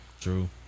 True